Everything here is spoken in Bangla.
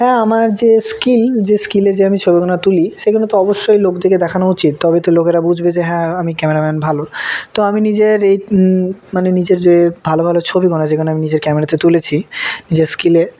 হ্যাঁ আমার যে স্কিল যে স্কিলে যে আমি ছবিগুলো তুলি সেগুলো তো অবশ্যই লোকদেরকে দেখানো উচিত তবে তো লোকেরা বুঝবে যে হ্যাঁ আমি ক্যামেরাম্যান ভালো তো আমি নিজের এই মানে নিজের যে ভালো ভালো ছবিগুলো যেগুলো আমি নিজের ক্যামেরাতে তুলেছি নিজের স্কিলে